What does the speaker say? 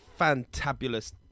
Fantabulous